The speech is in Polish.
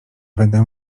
będę